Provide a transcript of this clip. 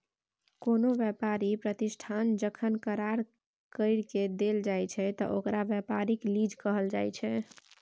कोनो व्यापारी प्रतिष्ठान जखन करार कइर के देल जाइ छइ त ओकरा व्यापारिक लीज कहल जाइ छइ